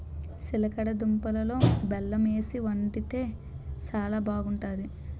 సిలగడ దుంపలలో బెల్లమేసి వండితే శానా బాగుంటాది